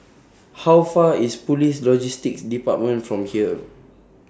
How Far away IS Police Logistics department from here